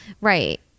right